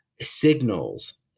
signals